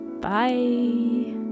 Bye